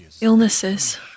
illnesses